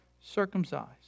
circumcised